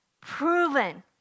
proven